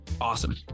awesome